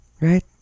Right